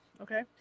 okay